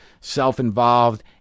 self-involved